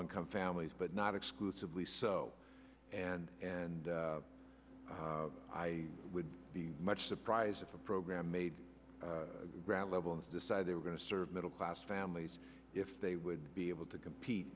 income families but not exclusively so and and i would be much surprised if a program made grad level and decided they were going to serve middle class families if they would be able to compete